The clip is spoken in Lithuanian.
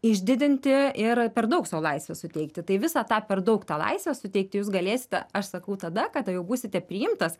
išdidinti ir per daug sau laisvės suteikti tai visą tą per daug tą laisvę suteikti jūs galėsite aš sakau tada kada jau būsite priimtas